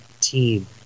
team